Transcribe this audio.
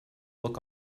look